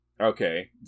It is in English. Okay